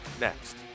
next